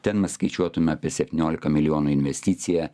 ten mes skaičiuotume apie septyniolika milijonų investicija